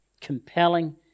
Compelling